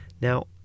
now